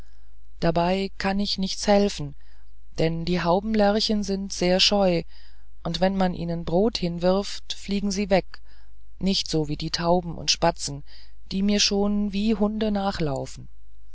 dabei kann ich nichts helfen denn die haubenlerchen sind sehr scheu und wenn man ihnen brot hinwirft fliegen sie weg nicht so wie die tauben und spatzen die mir schon wie hunde nachlaufen